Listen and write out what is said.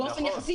נכון.